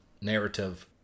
narrative